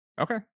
Okay